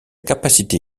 capacité